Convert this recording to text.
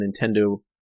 Nintendo